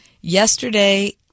yesterday